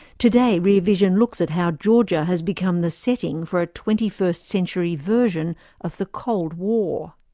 today rear vision looks at how georgia has become the setting for a twenty first century version of the cold war.